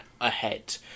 ahead